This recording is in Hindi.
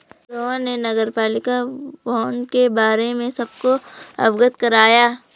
रोहन ने नगरपालिका बॉण्ड के बारे में सबको अवगत कराया